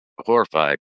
horrified